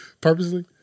Purposely